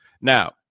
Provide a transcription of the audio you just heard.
Now